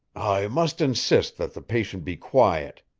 i must insist that the patient be quiet,